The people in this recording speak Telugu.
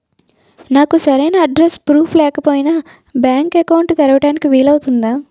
నాకు సరైన అడ్రెస్ ప్రూఫ్ లేకపోయినా బ్యాంక్ అకౌంట్ తెరవడానికి వీలవుతుందా?